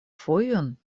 fojon